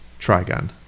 Trigon